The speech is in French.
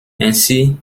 ainsi